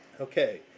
Okay